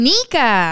Nika